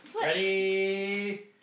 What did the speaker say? Ready